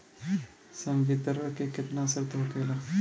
संवितरण के केतना शर्त होखेला?